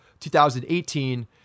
2018